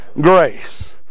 Grace